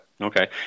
Okay